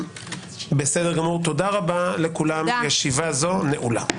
תודה רבה, הישיבה נעולה.